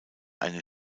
eine